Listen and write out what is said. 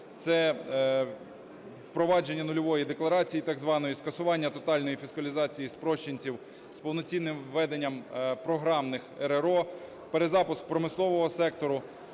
це впровадження "нульової декларації" так званої; скасування тотальної фіскалізації спрощенців з повноцінним введенням програмних РРО; перезапуск промислового сектору;